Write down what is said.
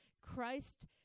Christ